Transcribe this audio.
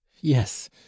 yes